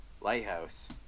lighthouse